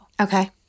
okay